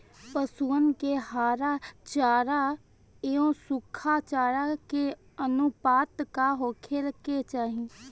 पशुअन के हरा चरा एंव सुखा चारा के अनुपात का होखे के चाही?